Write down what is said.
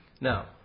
Now